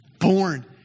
born